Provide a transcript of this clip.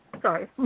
Sorry